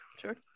sure